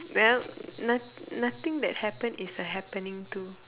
no not~ nothing that happened is a happening too